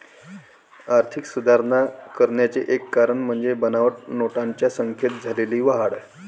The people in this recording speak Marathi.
आर्थिक सुधारणा करण्याचे एक कारण म्हणजे बनावट नोटांच्या संख्येत झालेली वाढ